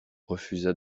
refusa